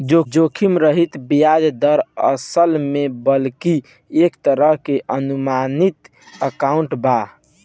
जोखिम रहित ब्याज दर, असल में बल्कि एक तरह के अनुमानित आंकड़ा बा